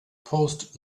post